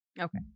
Okay